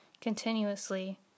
continuously